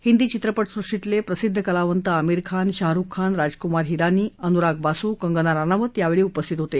हिंदी चित्रपट सृष्टीतले प्रसिद्ध कलावंत अमिर खान शाहरुख खान राजकुमार हिरानी अनुराग बासु कंगना राणावत यावेळी उपस्थित होते